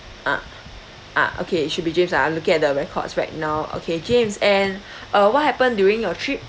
ah ah okay should be james ah I'm looking at the records right now okay james and uh what happened during your trip